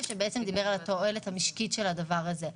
שדיבר על התועלת המשקית של הדבר הזה.